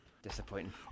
Disappointing